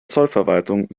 zollverwaltung